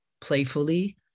playfully